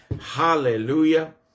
Hallelujah